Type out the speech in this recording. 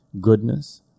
goodness